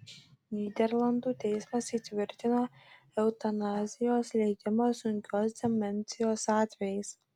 nyderlandų teismas įtvirtino eutanazijos leidimą sunkios demencijos atvejais